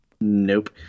Nope